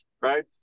right